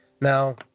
Now